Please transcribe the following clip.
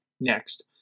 Next